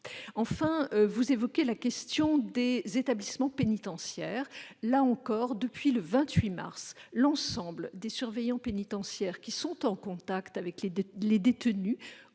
Enfin, vous évoquez la question des établissements pénitentiaires. Depuis le 28 mars, l'ensemble des surveillants pénitentiaires qui sont en contact étroit